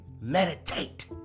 meditate